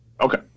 Okay